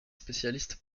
spécialistes